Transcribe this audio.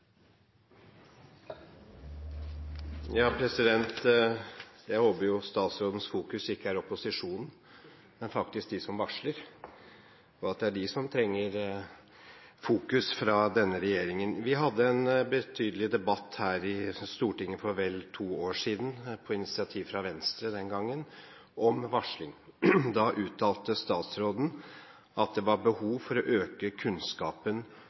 Ja, hvis det kan berolige opposisjonen, vil jeg selvsagt gjøre det. Hans Olav Syversen – til oppfølgingsspørsmål. Jeg håper statsrådens fokus ikke er på opposisjonen, men faktisk på dem som varsler. Det er på dem denne regjeringen må fokusere. Vi hadde en betydelig debatt her i Stortinget for vel to år siden på initiativ fra Venstre om varsling. Da uttalte statsråden at det var behov for å øke